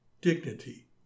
dignity